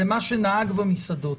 למה שנהג במסעדות.